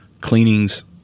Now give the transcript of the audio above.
cleanings